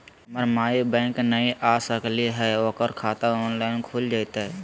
हमर माई बैंक नई आ सकली हई, ओकर खाता ऑनलाइन खुल जयतई?